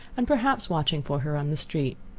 and perhaps watching for her on the street.